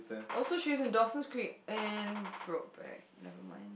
also she's in Dawson's Creek and Brokeback never mind